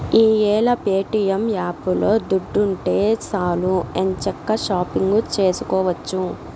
ఈ యేల ప్యేటియం యాపులో దుడ్డుంటే సాలు ఎంచక్కా షాపింగు సేసుకోవచ్చు